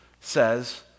says